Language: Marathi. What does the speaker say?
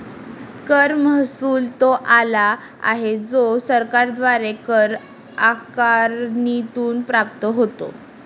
कर महसुल तो आला आहे जो सरकारद्वारे कर आकारणीतून प्राप्त होतो